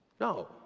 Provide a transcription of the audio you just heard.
No